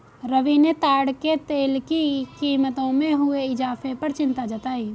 रवि ने ताड़ के तेल की कीमतों में हुए इजाफे पर चिंता जताई